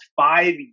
five